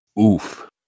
oof